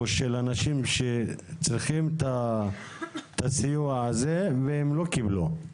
של אנשים שצריכים את הסיוע הזה והם לא קיבלו.